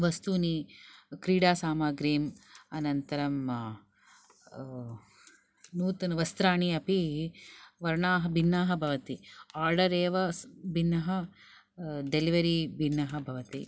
वस्तूनि क्रीडासामग्रीम् अनन्तरम् नूतन वस्त्राणि अपि वर्णाः भिन्नाः भवति आर्डर् एव भिन्नः डेलिवरि भिन्नः भवति